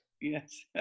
Yes